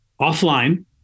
offline